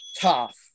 tough